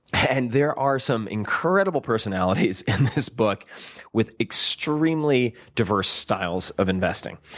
and there are some incredible personalities in this book with extremely diverse styles of investing.